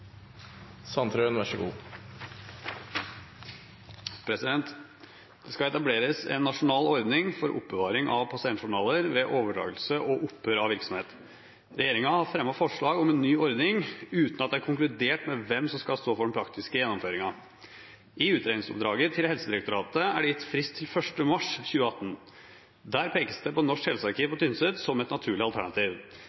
Sandtrøen. «Det skal etableres en nasjonal ordning for oppbevaring av pasientjournaler ved overdragelse og opphør av virksomhet. Regjeringen har fremmet forslag om en ny ordning uten at det er konkludert med hvem som skal stå for den praktiske gjennomføringen. I utredningsoppdraget til Helsedirektoratet er det gitt frist til 1. mars 2018. Der pekes det på Norsk helsearkiv